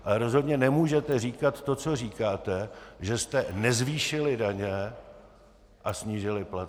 Ale rozhodně nemůžete říkat to, co říkáte, že jste nezvýšili daně a snížili platy.